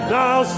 now